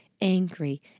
angry